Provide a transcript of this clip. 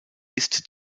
ist